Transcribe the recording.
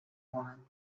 woman